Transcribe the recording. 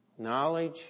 Knowledge